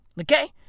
Okay